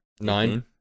Nine